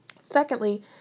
Secondly